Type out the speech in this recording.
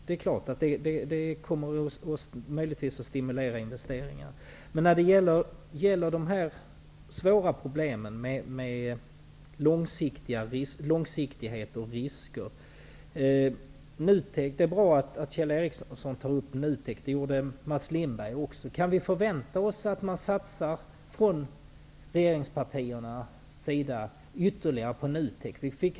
Detta kommer möjligtvis att stimulera till investeringar. Så till de svåra problemen när det gäller långsiktighet och risker vid finansiering. Det är bra att Kjell Ericsson tar upp NUTEK, vilket även Mats Lindberg gjorde. Kan man förvänta sig att regeringspartierna ytterligare satsar på NUTEK?